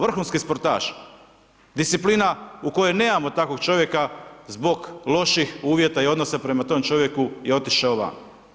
Vrhunski sportaš, disciplina u kojoj nemamo takvog čovjek, zbog loših uvjeta i odnosa prema tom čovjeku je otišao van.